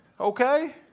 okay